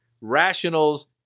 rationals